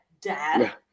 dad